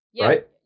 right